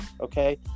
Okay